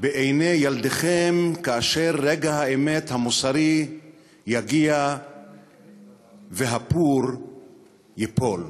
עיני ילדיכם כאשר רגע האמת המוסרי יגיע והפור ייפול?